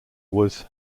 was